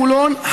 חולון,